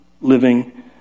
living